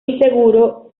inseguro